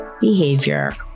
behavior